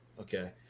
Okay